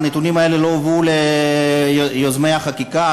הנתונים האלה לא הובאו ליוזמי החקיקה.